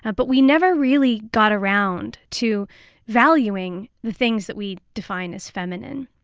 ah but we never really got around to valuing the things that we define as feminine.